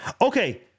Okay